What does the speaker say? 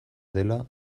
dela